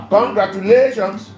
Congratulations